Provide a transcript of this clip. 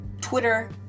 twitter